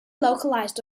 localized